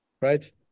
right